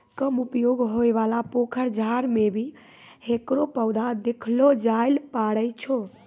कम उपयोग होयवाला पोखर, डांड़ में भी हेकरो पौधा देखलो जाय ल पारै छो